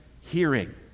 hearing